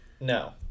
No